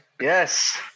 Yes